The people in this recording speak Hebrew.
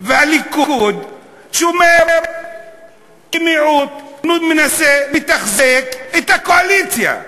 והליכוד שומרת כמיעוט ומנסה לתחזק את הקואליציה.